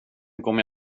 kommer